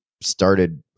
started